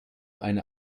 eine